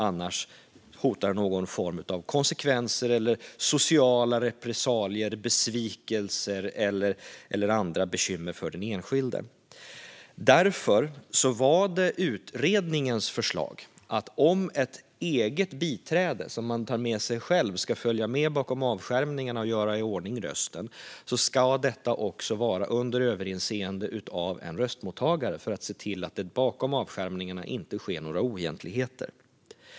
Annars hotar någon form av konsekvenser, sociala repressalier, besvikelser eller andra bekymmer för den enskilde. Därför var det utredningens förslag att om ett eget biträde som man tar med sig själv ska följa med bakom avskärmningarna och göra i ordning rösten ska detta också vara under överinseende av en röstmottagare för att se till att det inte sker några oegentligheter bakom avskärmningarna.